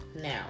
now